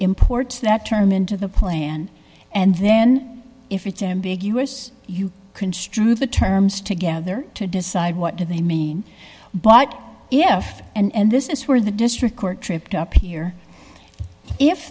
imports that term into the plan and then if it's ambiguous you construe the terms together to decide what do they mean but if and this is where the district court tripped up here if